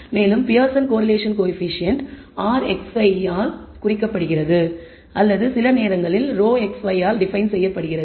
மேலும் Pearson correlation coefficient rxy ஆல் குறிக்கப்படுகிறது அல்லது சில நேரங்களில் ρxy ஆல் டிபைன் செய்யப்படுகிறது